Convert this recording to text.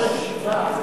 יושב-ראש הישיבה,